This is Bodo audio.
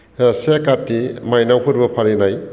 से काति माइनाव फोरबो फालिनाय